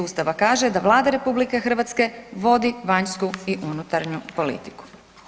Ustava kaže, da Vlada RH vodi vanjsku i unutarnju politiku.